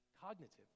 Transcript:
cognitive